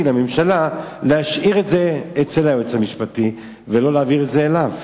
לממשלה להשאיר אצל היועץ המשפטי ולא להעביר את זה אליו,